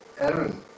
Aaron